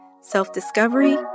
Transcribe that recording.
self-discovery